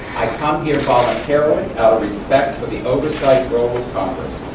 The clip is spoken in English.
i come here voluntarily out of respect for the oversight role of congress.